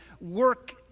work